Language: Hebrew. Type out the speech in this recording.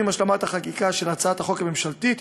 ועם השלמת החקיקה של הצעת החוק הממשלתית,